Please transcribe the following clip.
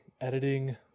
editing